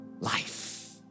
life